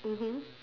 mmhmm